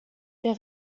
der